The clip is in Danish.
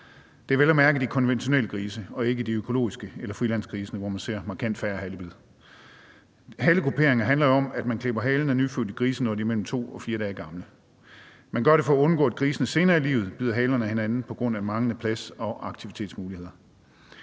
Det er vel at mærke de konventionelle grise og ikke de økologiske grise eller frilandsgrisene, hvor man ser markant færre halebid. Halekupering handler jo om, at man klipper halen af nyfødte grise, når de er mellem 2 og 4 dage gamle. Man gør det for at undgå, at grisene senere i livet bider halerne af hinanden på grund af manglende plads og aktivitetsmuligheder.